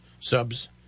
subs